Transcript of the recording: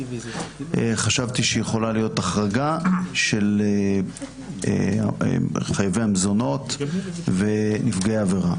חשבתי שיכולה להיות החרגה של חייבי המזונות ונפגעי עבירה.